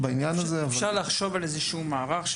אפשר לחשוב על איזה שהוא מערך,